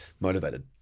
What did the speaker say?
motivated